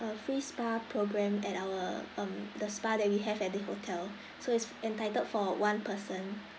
a free spa program at our um the spa that we have at the hotel so it's entitled for one person